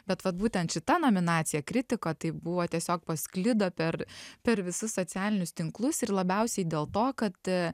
bet vat būtent šita nominacija kritiko tai buvo tiesiog pasklido per per visus socialinius tinklus ir labiausiai dėl to kad a